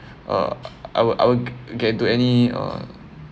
uh I will I will get to any uh